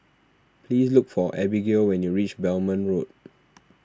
please look for Abbigail when you reach Belmont Road